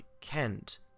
Kent